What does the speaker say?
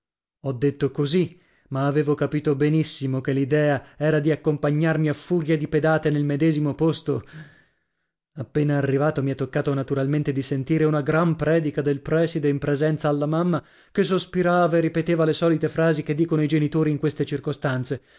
ho detto così ma avevo capito benissimo che l'idea era di accompagnarmi a furia di pedate nel medesimo posto appena arrivato mi è toccato naturalmente di sentire una gran predica del prèside in presenza alla mamma che sospirava e ripeteva le solite frasi che dicono i genitori in queste circostanze